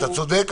אתה צודק.